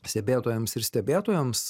stebėtojams ir stebėtojoms